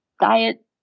diet